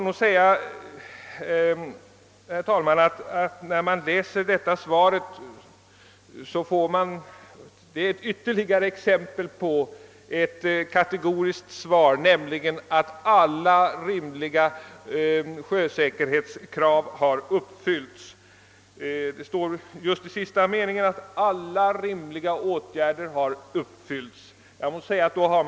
När man läser detta svar får man ytterligare ett exempel på kategoriska uttalanden. Det står nämligen i sista meningen, att alla rimliga åtgärder har vidtagits för att tillgodose säkerheten till sjöss.